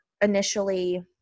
initially